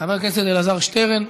חבר הכנסת אלעזר שטרן.